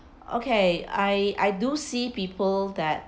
okay I I do see people that